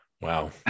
Wow